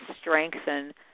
strengthen